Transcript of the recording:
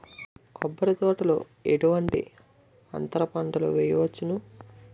కొబ్బరి తోటలో ఎటువంటి అంతర పంటలు వేయవచ్చును?